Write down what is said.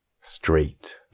straight